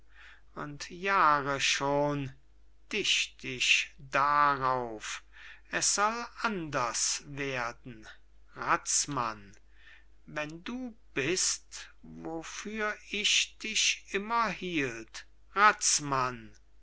und jahre schon dicht ich darauf es soll anders werden razmann wenn du bist wofür ich dich immer hielt